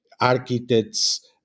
architects